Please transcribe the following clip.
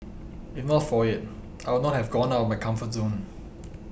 if not for it I would not have gone out of my comfort zone